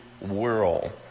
world